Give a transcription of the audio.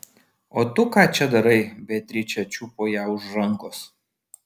o tu ką čia darai beatričė čiupo ją už rankos